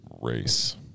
race